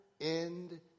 end